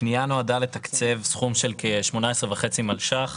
הפנייה נועדה לתקצב סכום של כ-18.5 מיליון שקלים